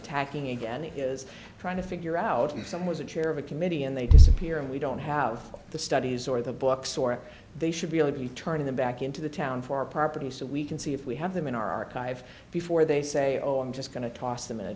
attacking again is trying to figure out you some was a chair of a committee and they disappear and we don't have the studies or the books or they should be able to turn them back into the town for property so we can see if we have them in our archive before they say oh i'm just going to toss them in a